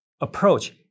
approach